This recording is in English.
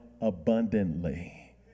abundantly